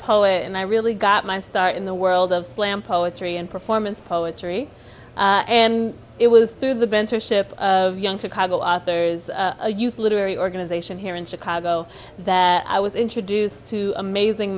poet and i really got my start in the world of slam poetry and performance poetry and it was through the bent or ship of young to coddle authors a literary organization here in chicago that i was introduced to amazing